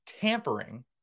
tampering